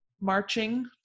marching